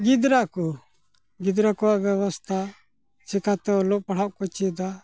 ᱜᱤᱫᱽᱨᱟᱹᱠᱚ ᱜᱤᱫᱽᱨᱟᱹ ᱠᱚᱣᱟᱜ ᱵᱮᱵᱚᱥᱛᱟ ᱪᱤᱠᱟᱹᱛᱮ ᱚᱞᱚᱜᱼᱯᱟᱲᱦᱟᱜᱠᱚ ᱪᱮᱫᱟ